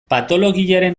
patologiaren